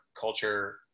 culture